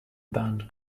band